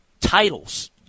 titles